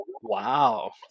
Wow